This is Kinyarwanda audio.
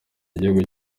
igihugu